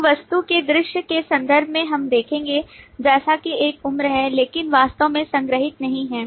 तो वस्तु के दृश्य के संदर्भ में हम देखेंगे जैसे कि एक उम्र है लेकिन वास्तव में संग्रहीत नहीं है